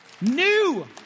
New